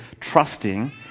trusting